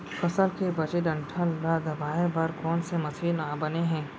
फसल के बचे डंठल ल दबाये बर कोन से मशीन बने हे?